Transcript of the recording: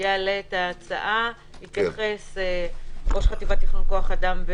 על היוזמה שקיימת דיון פה בוועדה הזאת.